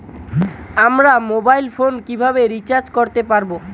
আমার mobile phone কিভাবে recharge করতে পারব?